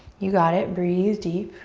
you got it. breathe deep.